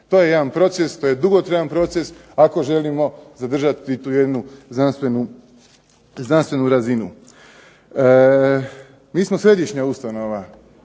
To je jedan proces, to je dugotrajan proces ako želimo zadržati tu jednu znanstvenu razinu. Mi smo središnja ustanova,